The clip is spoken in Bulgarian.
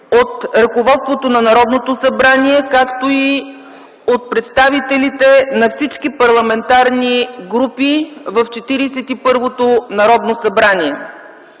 от ръководството на Народното събрание, както и от представителите на всички парламентарни групи в Четиридесет